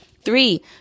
Three